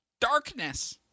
Darkness